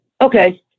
Okay